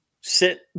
Sit